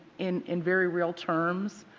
in in very real terms.